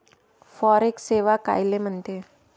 Forex सेवा कायले म्हनते?